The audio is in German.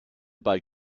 bald